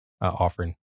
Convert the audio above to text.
offering